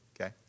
Okay